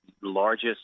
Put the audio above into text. largest